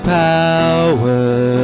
power